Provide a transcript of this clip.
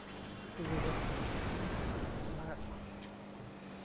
ᱫᱩ ᱦᱟᱡᱟᱨ ᱴᱟᱠᱟ ᱞᱟᱜᱟᱜ ᱠᱟᱱᱟ